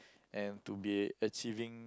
and to be achieving